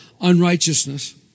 unrighteousness